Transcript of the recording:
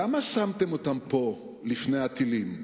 למה שמתם אותם פה, לפני הטילים?